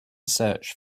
search